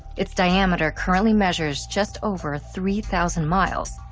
it's diameter currently measures just over three thousand miles,